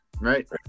right